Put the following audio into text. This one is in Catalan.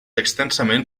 extensament